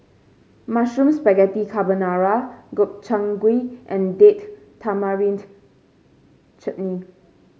Mushroom Spaghetti Carbonara Gobchang Gui and Date Tamarind Chutney